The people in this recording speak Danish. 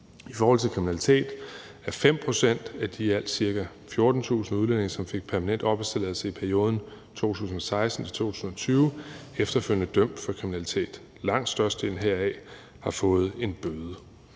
I forhold til kriminalitet er 5 pct. af de i alt ca. 14.000 udlændinge, som fik permanent opholdstilladelse i perioden 2016-2020, efterfølgende dømt for kriminalitet. Langt størstedelen heraf har fået en bøde.